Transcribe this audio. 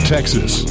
Texas